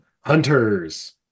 Hunters